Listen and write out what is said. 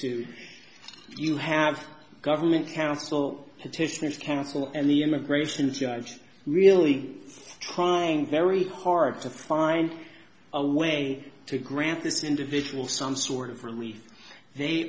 two you have government counsel petitions counsel and the immigration judge really trying very hard to find a way to grant this individual some sort of relief they